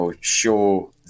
show